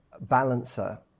balancer